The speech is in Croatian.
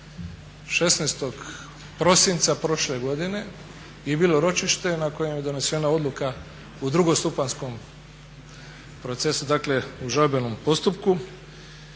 16.prosinca prošle godine je bilo ročište na kojem je donesena odluka u drugostupanjskom procesu, dakle u žalbenom postupku